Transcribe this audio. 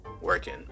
working